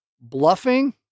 Bluffing